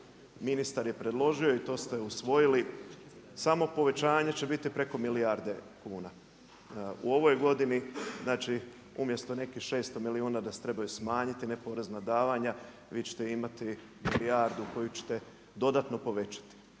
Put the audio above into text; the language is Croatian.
ministar je predložio i to ste usvojili samo povećanje će biti preko milijarde kuna. U ovoj godini znači umjesto nekih 600 milijuna da se trebaju smanjiti neporezna davanja, vi ćete imati milijardu koju ćete dodatno povećati.